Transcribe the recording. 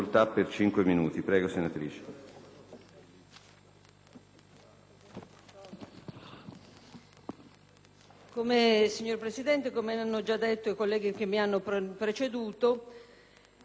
come hanno già detto i colleghi che mi hanno preceduta, il provvedimento in discussione ha ad oggetto unicamente il rifinanziamento delle missioni in corso